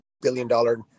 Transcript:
billion-dollar